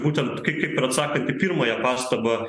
būtent kaip kaip ir atsakant į pirmąją pastabą